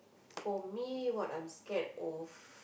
for me what I'm scared of